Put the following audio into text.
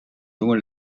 jonge